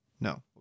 No